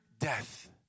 death